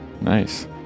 Nice